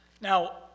Now